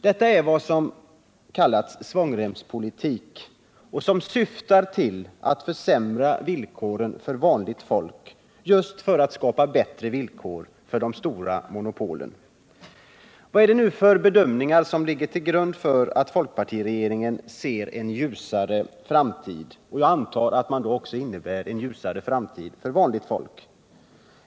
Detta är vad som har kallats svångremspolitik och som syftar till att försämra villkoren för vanligt folk just för att skapa bättre villkor för de stora monopolen. Vad är det nu för bedömningar som ligger till grund för att folkpartiregeringen ser en ljusare framtid? — Jag antar att det då också innebär en ljusare framtid för vanligt folk.